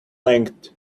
length